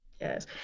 yes